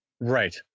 Right